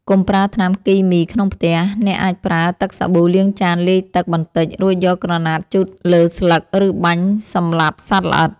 កុំប្រើថ្នាំគីមីក្នុងផ្ទះ អ្នកអាចប្រើ ទឹកសាប៊ូលាងចានលាយទឹក បន្តិច រួចយកក្រណាត់ជូតលើស្លឹក ឬបាញ់សម្លាប់សត្វល្អិត។